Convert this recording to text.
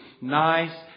nice